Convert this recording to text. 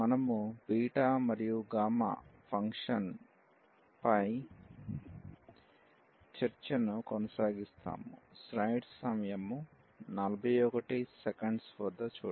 మనము బీటా మరియు gamma function పై చర్చను కొనసాగిస్తాము